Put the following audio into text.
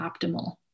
optimal